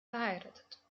verheiratet